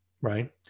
right